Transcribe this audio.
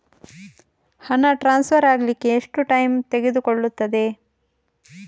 ಹಣ ಟ್ರಾನ್ಸ್ಫರ್ ಅಗ್ಲಿಕ್ಕೆ ಎಷ್ಟು ಟೈಮ್ ತೆಗೆದುಕೊಳ್ಳುತ್ತದೆ?